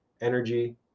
energy